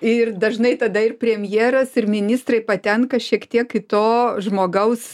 ir dažnai tada ir premjeras ir ministrė patenka šiek tiek į to žmogaus